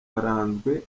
waranzwe